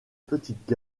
petite